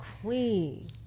Queen